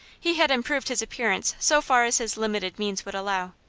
he had improved his appearance so far as his limited means would allow.